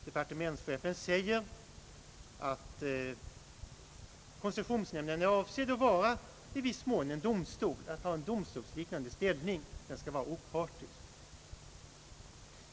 Departementschefen säger att koncessionsnämnden är avsedd att i viss mån inta en domstolsliknande ställning och att den skall vara opartisk.